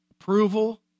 approval